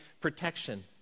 protection